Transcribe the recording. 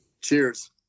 Cheers